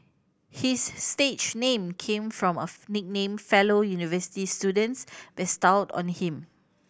his stage name came from a nickname fellow university students bestowed on him